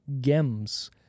Gems